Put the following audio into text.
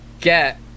get